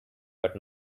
but